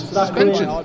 suspension